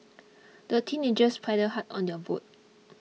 the teenagers paddled hard on your boat